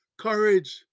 courage